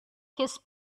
his